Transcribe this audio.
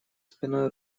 спиной